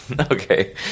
Okay